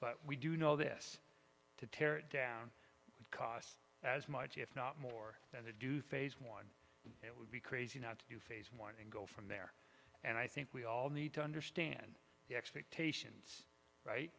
but we do know this to tear down would cost as much if not more than they do phase one it would be crazy not to do phase one and go from there and i think we all need to understand the expectations right